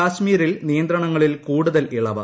കാശ്മീരിൽ നിയന്ത്രണങ്ങളിൽ കൂടുതൽ ഇളവ്